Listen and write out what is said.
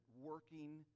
working